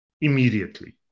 immediately